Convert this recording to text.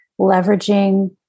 leveraging